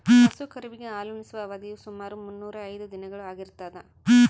ಹಸು ಕರುವಿಗೆ ಹಾಲುಣಿಸುವ ಅವಧಿಯು ಸುಮಾರು ಮುನ್ನೂರಾ ಐದು ದಿನಗಳು ಆಗಿರ್ತದ